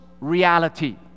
reality